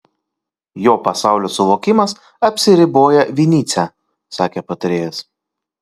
jo pasaulio suvokimas apsiriboja vinycia sakė patarėjas